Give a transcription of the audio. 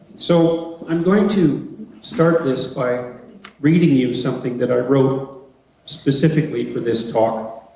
so, i'm going to start this by reading you something that i wrote specifically for this talk.